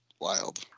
wild